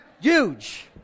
huge